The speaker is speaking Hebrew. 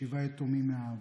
שבעה יתומים מאב,